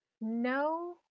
no